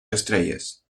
estrellas